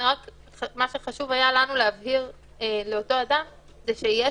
רק מה שהיה חשוב לנו להבהיר לאותו אדם זה שיש